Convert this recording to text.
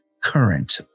current